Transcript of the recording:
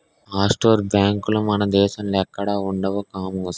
offshore బేంకులు మన దేశంలో ఎక్కడా ఉండవు కామోసు